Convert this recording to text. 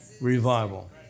Revival